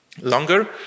longer